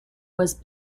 was